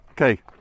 Okay